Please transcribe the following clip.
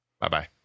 bye-bye